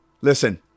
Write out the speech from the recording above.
Listen